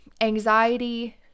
anxiety